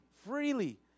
Freely